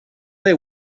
they